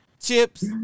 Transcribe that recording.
chips